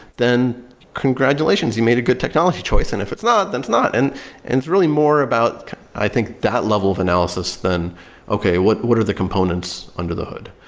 then congratulations, you made a good technology choice. and if it's not, then it's not. and and it's really more about i think that level of analysis, than okay, what what are the components under the hood,